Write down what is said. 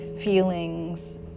feelings